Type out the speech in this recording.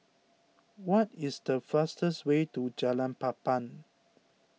what is the fastest way to Jalan Papan